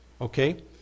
okay